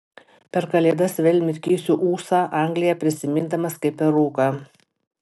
per kalėdas vėl mirkysiu ūsą angliją prisimindamas kaip per rūką